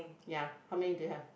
ya how many do you have